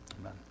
Amen